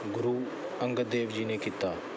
ਗੁਰੂ ਅੰਗਦ ਦੇਵ ਜੀ ਨੇ ਕੀਤਾ